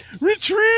retreat